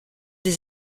des